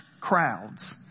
crowds